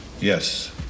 Yes